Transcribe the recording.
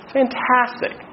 fantastic